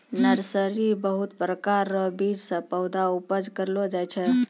nursery बहुत प्रकार रो बीज से पौधा उपज करलो जाय छै